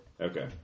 Okay